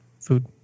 food